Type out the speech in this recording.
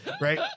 right